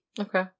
Okay